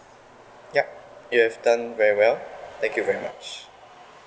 yup you have done very well thank you very much